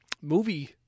movie